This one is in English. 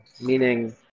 Meaning